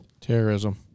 Terrorism